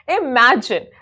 Imagine